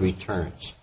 returns